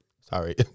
Sorry